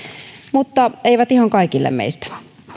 mutta eivät ihan kaikille meistä